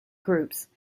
groups